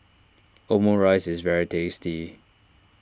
Omurice is very tasty